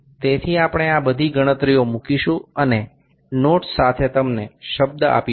તેથી આપણે આ બધી ગણતરીઓ મૂકીશું અને નોટ્સ સાથે તમને શબ્દ આપીશું